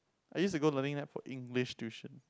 I used to go Learning Lab for English tuition